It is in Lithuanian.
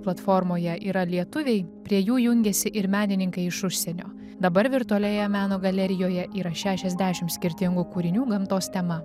platformoje yra lietuviai prie jų jungiasi ir menininkai iš užsienio dabar virtualioje meno galerijoje yra šešiasdešim skirtingų kūrinių gamtos tema